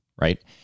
right